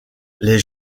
les